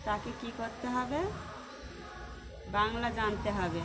তাকে কী করতে হবে বাংলা জানতে হবে